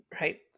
right